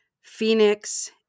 Phoenix